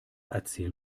erzähl